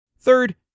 Third